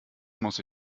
muss